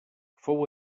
fou